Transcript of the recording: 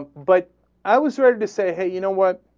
but i was writing to say hey you know what